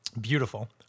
Beautiful